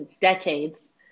decades